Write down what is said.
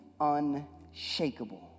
unshakable